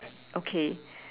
okay